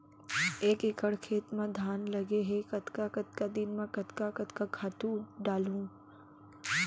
एक एकड़ खेत म धान लगे हे कतका कतका दिन म कतका कतका खातू डालहुँ?